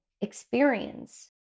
experience